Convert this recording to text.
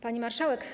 Pani Marszałek!